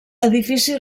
edifici